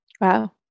Wow